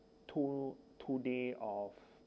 two two day of